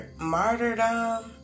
martyrdom